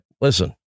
Listen